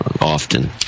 often